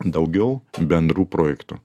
daugiau bendrų projektų